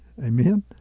Amen